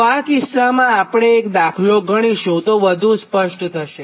તોઆ કિસ્સામાં આપણે એક દાખલો ગણીશુંપછી વસ્તુ સ્પષ્ટ થશે